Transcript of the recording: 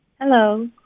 Hello